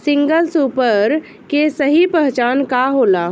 Single super के सही पहचान का होला?